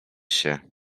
się